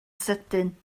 sydyn